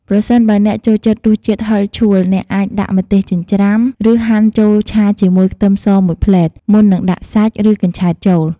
ប្រសិនបើអ្នកចូលចិត្តរសជាតិហឹរឆួល អ្នកអាច ដាក់ម្ទេសចិញ្ច្រាំ ឬហាន់ ចូលឆាជាមួយខ្ទឹមសមួយភ្លែត មុននឹងដាក់សាច់ ឬកញ្ឆែតចូល។